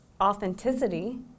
authenticity